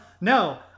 No